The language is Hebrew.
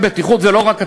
זה לא רק הצבא,